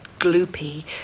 gloopy